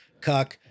cuck